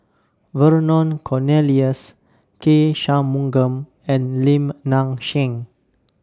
Vernon Cornelius K Shanmugam and Lim Nang Seng